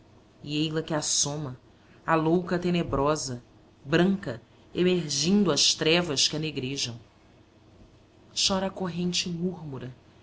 ei-la que assoma a louca tenebrosa branca emergindo às trevas que a negrejam chora a corrente múrmura